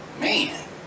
Man